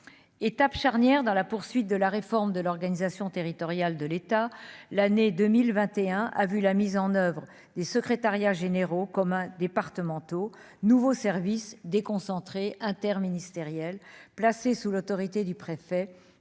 étape charnière dans la poursuite de la réforme de l'organisation territoriale de l'État, l'année 2021 a vu la mise en oeuvre des secrétariats généraux communs départementaux, nouveaux services déconcentrés interministérielle placée sous l'autorité du préfet